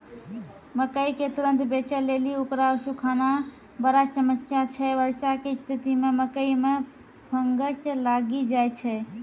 मकई के तुरन्त बेचे लेली उकरा सुखाना बड़ा समस्या छैय वर्षा के स्तिथि मे मकई मे फंगस लागि जाय छैय?